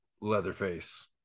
Leatherface